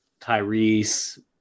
Tyrese